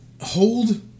hold